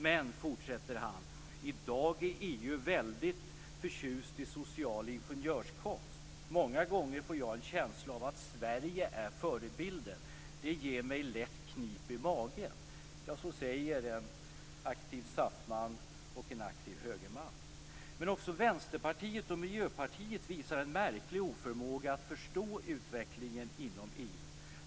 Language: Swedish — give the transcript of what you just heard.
Men, fortsätter han, i dag är EU väldigt förtjust i social ingenjörskonst. Många gånger får jag en känsla av att Sverige är förebilden. Det ger mig lätt knip i magen. Så säger en aktiv SAF-man och en aktiv högerman. Men också Vänsterpartiet och Miljöpartiet visar en märklig oförmåga att förstå utvecklingen inom EU.